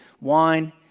wine